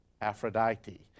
Aphrodite